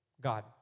God